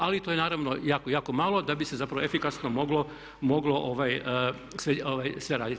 Ali to je naravno jako, jako malo da bi se zapravo efikasno moglo sve raditi.